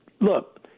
look